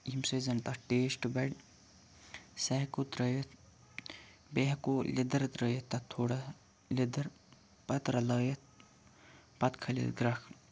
ییٚمہِ سۭتۍ زَن تَتھ ٹیسٹہٕ بَڑِ سُہ ہیٚکو ترٲیِتھ بیٚیہِ ہیٚکو لیٚدٕر ترٲیِتھ تَتھ تھوڑا لیٚدٕر پَتہٕ رَلٲیِتھ پَتہٕ کھٲلہِ گرٛکھ